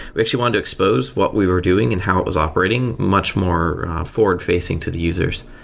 we actually wanted to expose what we were doing and how it was operating much more forward-facing to the users.